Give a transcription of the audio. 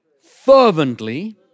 fervently